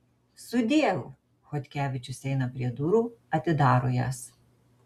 sudieu chodkevičius eina prie durų atidaro jas